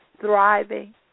thriving